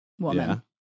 woman